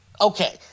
Okay